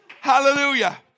Hallelujah